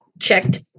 checked